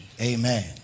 Amen